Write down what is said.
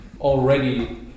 already